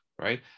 right